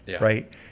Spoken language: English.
Right